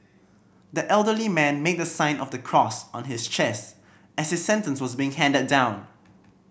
the elderly man made the sign of the cross on his chest as his sentence was being handed down